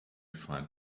find